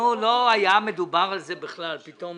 לא היה מדובר על זה בכלל ופתאום